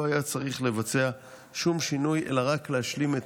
לא היה צריך לבצע שום שינוי אלא רק להשלים את